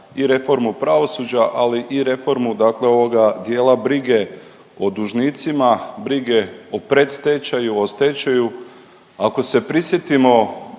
i reformu pravosuđa ali i reformu dakle ovoga dijela brige o dužnicima, brige o predstečaju, o stečaju. Ako se prisjetimo